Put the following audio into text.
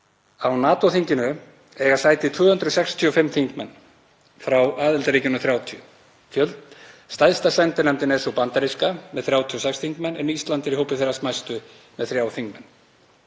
Á NATO-þinginu eiga sæti 269 þingmenn frá aðildarríkjunum 30. Stærsta sendinefndin er sú bandaríska með 36 þingmenn en Ísland er í hópi þeirra smæstu með þrjá þingmenn.